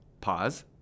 pause